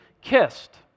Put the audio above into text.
kissed